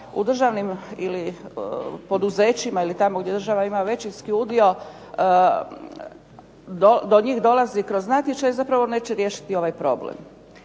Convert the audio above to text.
u državnim ili poduzećima tamo gdje država ima većinski udio, do njih dolazi kroz natječaj zapravo neće riješiti ovaj problem.